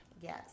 Yes